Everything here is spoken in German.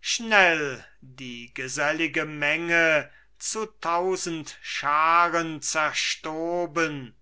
schnell die gesellige menge zu tausend scharen zerstoben